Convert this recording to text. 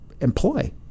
employ